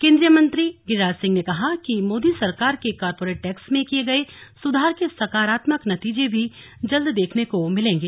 केंद्रीय मंत्री गिरिराज सिंह ने कहा कि मोदी सरकार के कॉर्पोरेट टैक्स में किए गये सुधार के सकारात्मक नतीजे भी जल्द देखने को मिलेंगे